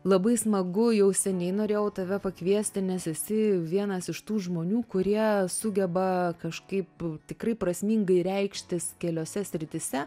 labai smagu jau seniai norėjau tave pakviesti nes esi vienas iš tų žmonių kurie sugeba kažkaip tikrai prasmingai reikštis keliose srityse